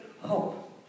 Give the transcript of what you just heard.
hope